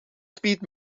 speed